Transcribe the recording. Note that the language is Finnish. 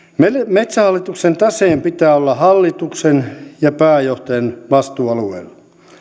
metsähallituksen taseen pitää olla hallituksen ja pääjohtajan vastuualueella